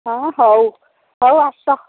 ହଁ ହଉ ହଉ ଆସ